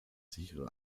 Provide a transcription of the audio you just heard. sichere